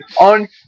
on